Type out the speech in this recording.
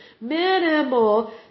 minimal